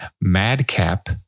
Madcap